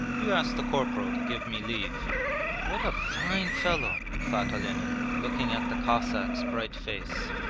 you ask the corporal to give me leave what a fine fellow thought olenin, looking at the cossack's bright face.